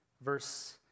verse